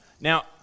Now